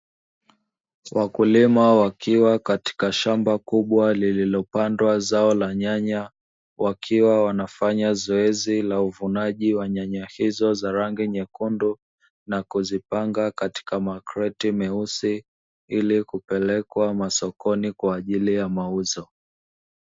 Wakulima wakiwa katika shamba kubwa lililopandwa zao la nyanya, wakiwa wanafanya zoezi la uvunaji wa nyanya hizo za rangi nyekundu, na kuzipanga katika makreti meusi, ili kupelekwa masokoni kwa ajili ya mauzo.